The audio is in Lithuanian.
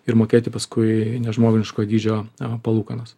ir mokėti paskui nežmoniško dydžio palūkanos